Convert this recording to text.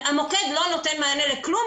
המוקד לא נותן מענה לכלום,